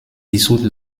dissoute